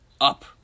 Up